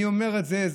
אני אומר את זה.